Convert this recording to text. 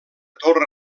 torre